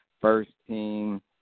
first-team